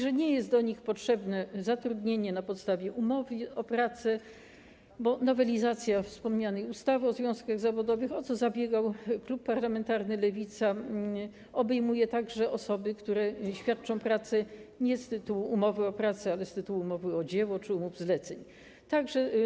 Żeby należeć do kas nie jest potrzebne zatrudnienie na podstawie umowy o pracę, bo nowelizacja wspomnianej ustawy o związkach zawodowych - zabiegał o to klub parlamentarny Lewica - obejmuje także osoby, które świadczą pracę nie z tytułu umowy o pracę, ale z tytułu umowy o dzieło czy umowy zlecenia.